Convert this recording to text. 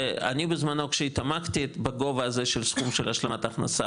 אני בזמנו שהתעמקתי בגובה הסכום של השלמת הכנסה,